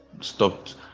stopped